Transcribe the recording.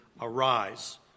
arise